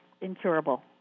incurable